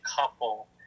couple